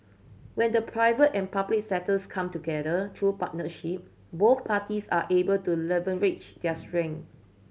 when the private and public sectors come together through partnership both parties are able to leverage their strength